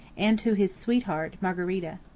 and to his sweetheart, margherita.